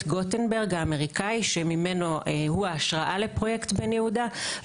גוטנברג" האמריקאי שממנו הוא ההשראה לפרויקט בן-יהודה,